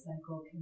cycle